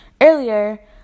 earlier